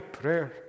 prayer